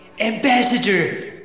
Ambassador